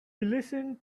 listened